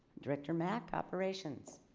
director mack operations.